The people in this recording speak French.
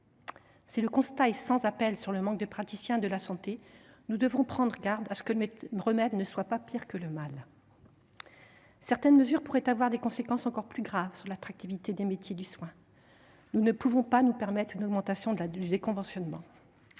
Si le constat est sans appel sur le manque de praticiens de la santé, nous devons prendre garde que le remède ne soit pire que le mal. Certaines mesures pourraient en effet avoir des conséquences encore plus graves sur l’attractivité des métiers du soin : nous ne pouvons pas nous permettre une augmentation du déconventionnement.